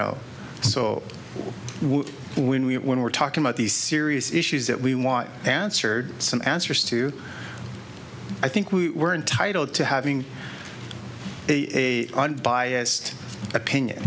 know so when we when we're talking about these serious issues that we want answered some answers to i think we're entitled to having a unbiased opinion